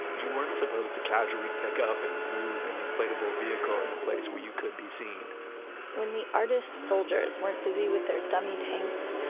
you weren't supposed to casually pick up and move an inflatable vehicle in a place where you could be seen when the artist soldiers weren't busy with their dummy tanks,